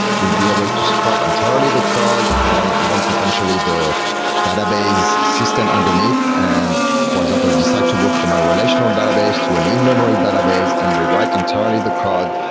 you'll be able to scrap entirely the code and even potentially the database system underneath and, for example, decide to go from a relational database to an in memory database and rewrite entirely the code.